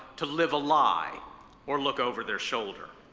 to live a lie or look over their shoulder.